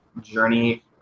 journey